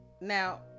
now